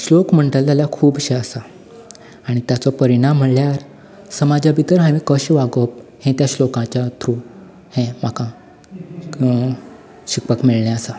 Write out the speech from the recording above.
श्लोक म्हणटले जाल्या खुबशे आसा आणी तेचो परिणाम म्हणल्यार समाजा भितर हांवें कशें वागप हें त्या श्लोकाच्या थ्रू हें म्हाका शिकपाक मेळ्ळें आसा